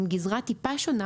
עם גזרה טיפה שונה,